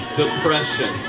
depression